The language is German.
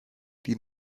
die